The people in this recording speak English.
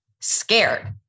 scared